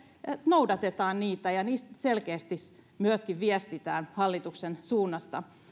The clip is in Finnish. noudatetaan ja että niistä selkeästi myöskin viestitään hallituksen suunnasta